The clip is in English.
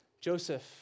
Joseph